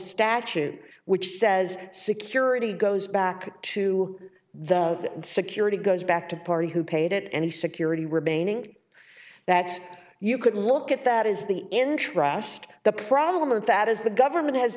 statute which says security goes back to the security goes back to the party who paid it any security remaining that you could look at that is the end trust the problem with that is the government has